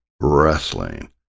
wrestling